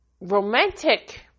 romantic